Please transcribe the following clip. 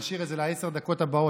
נשאיר את זה לעשר הדקות הבאות.